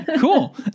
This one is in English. Cool